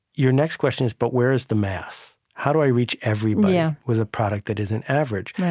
your next question is, but where is the mass? how do i reach everybody yeah with a product that isn't average?